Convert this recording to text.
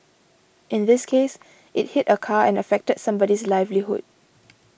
in this case it hit a car and affected somebody's livelihood